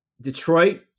Detroit